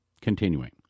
Continuing